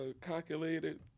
calculated